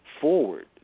forward